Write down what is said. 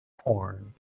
porn